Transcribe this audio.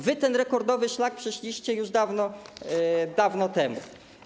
Wy ten rekordowy szlak przeszliście już dawno, dawno temu.